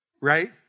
right